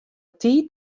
tiid